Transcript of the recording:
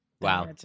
wow